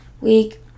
week